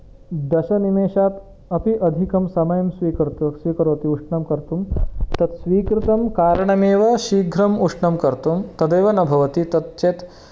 दशनिमेशात् अपि अधिकम् समयं स्विकर्तु स्विकरोति उष्णं कर्तुं तत् स्विकृतं कारणमेव शीघ्रं उष्णं कर्तुं तदेव न भवति तत् चेत्